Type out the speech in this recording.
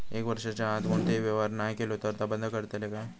एक वर्षाच्या आत कोणतोही व्यवहार नाय केलो तर ता बंद करतले काय?